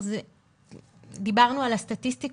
דיברנו על הסטטיסטיקות,